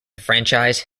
franchise